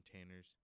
containers